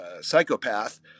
psychopath